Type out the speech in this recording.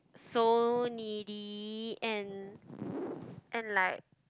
so needy and and like